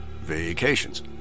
vacations